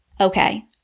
Okay